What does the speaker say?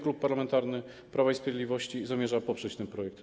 Klub Parlamentarny Prawo i Sprawiedliwość zamierza poprzeć ten projekt.